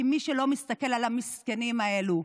כי מי שלא מסתכל על המסכנים האלו,